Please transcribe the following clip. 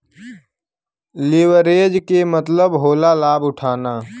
leverage के मतलब होला लाभ उठाना